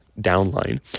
downline